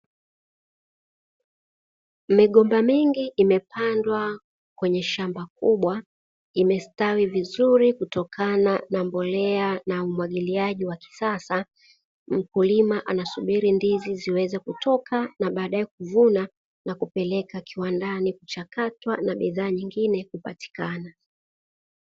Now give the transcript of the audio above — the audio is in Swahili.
Migomba mingi imepandwa kwenye shamba kubwa imestawi vizuri kutokana na mbolea na umwagiliaji wa kisasa, mkulima anasubiri ndizi ziweze kutoka na baadae kuvuna na kupelekwa kiwandani kuchakatwa na bidhaa nyingine kupatikana.